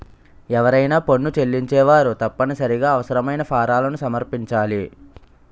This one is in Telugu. ఎవరైనా పన్ను చెల్లించేవారు తప్పనిసరిగా అవసరమైన ఫారాలను సమర్పించాలి